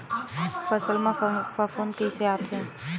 फसल मा फफूंद कइसे आथे?